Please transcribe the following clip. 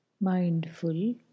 mindful